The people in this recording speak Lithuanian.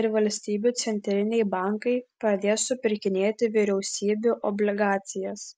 ir valstybių centriniai bankai pradės supirkinėti vyriausybių obligacijas